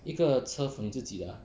一个车 for 你自己的 ah